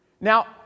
Now